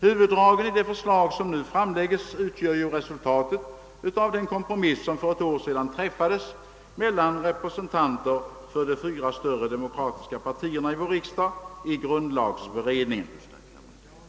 Huvuddragen i det förslag som framlagts är ju resultatet av den kom promiss som för två år sedan ingicks mellan representanter för de fyra större demokratiska partierna i grundlagberedningen.